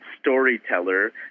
storyteller